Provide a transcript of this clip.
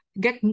get